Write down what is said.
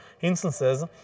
instances